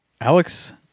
Alex